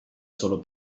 solo